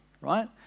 right